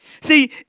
See